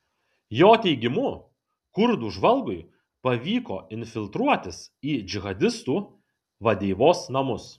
jo teigimu kurdų žvalgui pavyko infiltruotis į džihadistų vadeivos namus